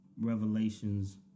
revelations